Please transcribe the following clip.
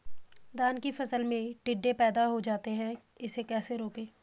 धान की फसल में टिड्डे पैदा हो जाते हैं इसे कैसे रोकें?